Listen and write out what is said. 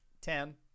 Ten